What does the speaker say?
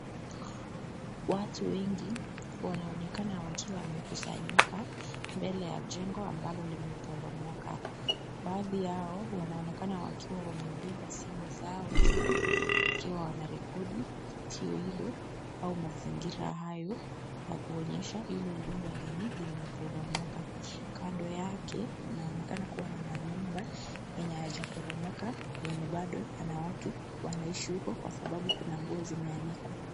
Watu wengi, wanaonekana wakiwa wamekusanyika, mbele ya jengo ambalo limeporomoka. Baadhi yao, wanaonekana wakiwa wamebeba simu zao juu, wakiwa wanarekodi tukio hilo au mazingira hayo ya kuonyesha hilo nyumba lenye limeporomoka. Kando yake, kunaonekana kuwa na manyumba yenye hayajaporomoka yenye bado yana watu wanaishi huko kwa sababu kuna nguo zimeanikwa.